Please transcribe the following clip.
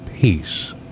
Peace